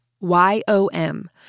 Y-O-M